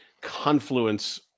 confluence